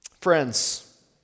Friends